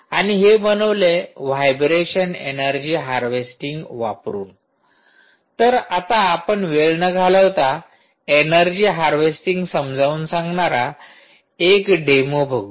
आणि हे बनवलंय वाइब्रेशन एनर्जी हार्वेस्टिंग वापरून तर आता आपण वेळ न घालवता एनर्जी हार्वेस्टिंगसमजावून सांगणारा एक डेमो बघू